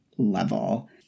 level